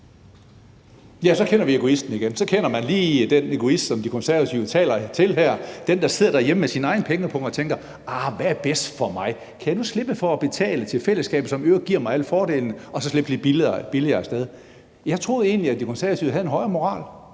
Ja, så kender vi egoisten igen. Så kender man lige dén egoist, som De Konservative taler til her; den, der sidder derhjemme med sin egen pengepung og tænker: Ah, hvad er bedst for mig; kan jeg nu slippe for at betale til fællesskabet, som i øvrigt giver mig alle fordelene, og så slippe lidt billigere af sted med det? Jeg troede egentlig, at De Konservative havde en højere moral